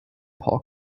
paul